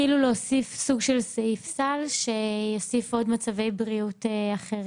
כאילו להוסיף סוג של סעיף סל שיוסיף עוד מצבי בריאות אחרים.